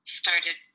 started